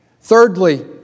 Thirdly